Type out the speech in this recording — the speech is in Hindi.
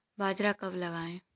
बाजरा कब लगाएँ?